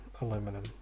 Aluminum